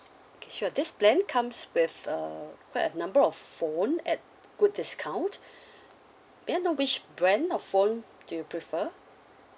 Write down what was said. okay sure this plan comes with uh quite a number of phone at good discount may I know which brand of phone do you prefer